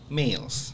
males